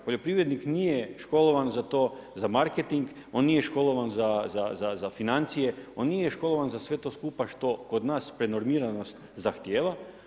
Poljoprivrednik nije školovan za to za marketing on nije školovan za financije, on nije školovan za sve to skupa što kod nas prenormiranost zahtijeva.